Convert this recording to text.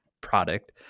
product